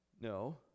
no